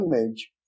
image